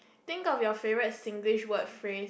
think of your favorite Singlish word free